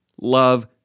Love